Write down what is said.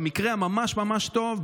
במקרה הממש-ממש טוב,